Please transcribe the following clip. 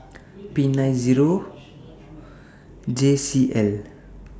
P nine Zero J C L